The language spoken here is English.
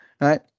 right